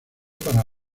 para